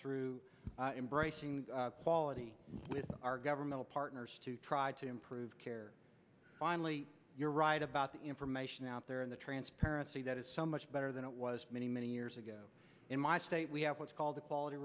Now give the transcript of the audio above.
through embracing quality with our government partners to try to improve care finally you're right about the information out there in the transparency that is so much better than it was many many years ago in my state we have what's called the quality